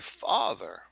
Father